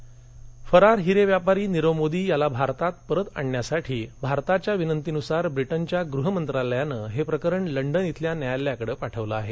नीरव फरार हिरे व्यापारी नीरव मोदी याला भारतात परत आणण्यासाठी भारताच्या विनंतीनुसार ब्रिटनच्या गृह मंत्रालयानं हे प्रकरण लंडन इथल्या न्यायालयाकड पाठवलं आहे